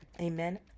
amen